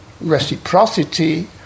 reciprocity